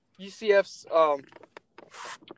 UCF's –